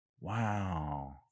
Wow